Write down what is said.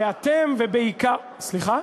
ואתם, ובעיקר, סליחה?